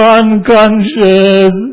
unconscious